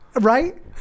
Right